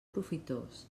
profitós